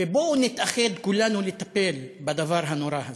ובואו נתאחד כולנו לטפל בדבר הנורא הזה.